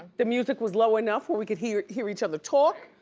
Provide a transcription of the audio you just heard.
the music was low enough where we could hear hear each other talk.